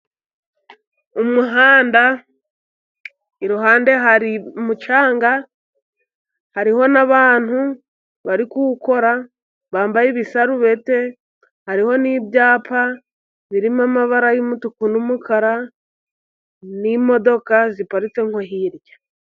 Umuhanda, iruhande hari umucanga, hariho n'abantu bari kuwukora bambaye ibisarubeti, hariho n'ibyapa birimo amabara y'umutuku n'umukara n'imodoka ziparitse nko hirya.